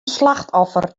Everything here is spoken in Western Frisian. slachtoffer